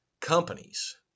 companies